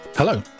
Hello